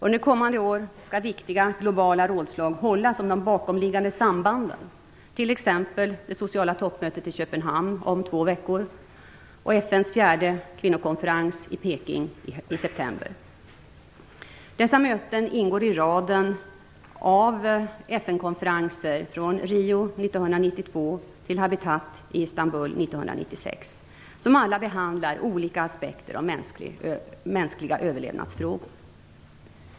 Under kommande år skall viktiga globala rådslag hållas om de bakomliggande sambanden, t.ex. det sociala toppmötet i Köpenhamn om två veckor och FN:s fjärde kvinnokonferens i Peking i september. Dessa möten ingår i raden av FN-konferenser från Rio 1992 till Habitat i Istanbul 1996, som alla behandlar olika aspekter av mänskliga överlevnadsfrågor.